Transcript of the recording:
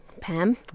Pam